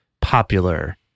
popular